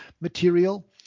material